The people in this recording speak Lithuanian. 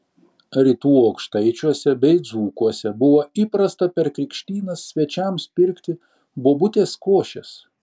rytų aukštaičiuose bei dzūkuose buvo įprasta per krikštynas svečiams pirkti bobutės košės